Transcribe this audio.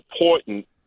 important